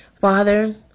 Father